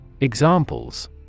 Examples